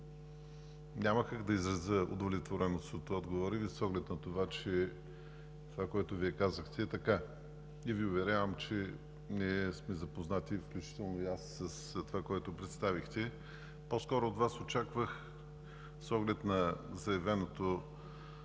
няма как да изразя удовлетвореност от отговора Ви с оглед на това, че това, което Вие казахте, е така и Ви уверявам, че ние сме запознати, включително и аз, с това, което представихте. По-скоро от Вас очаквах с оглед на заявеното